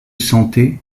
santé